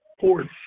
ports